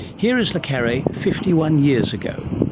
here is le carre fifty one years ago.